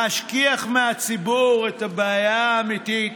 להשכיח מהציבור את הבעיה האמיתית